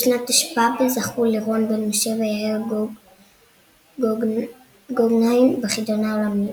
בשנת תשפ"ב זכו לירון בן משה ויאיר גוגנהיים בחידון העולמי.